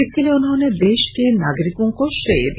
इसके लिए उन्होंने देश के नागरिकों को श्रेय दिया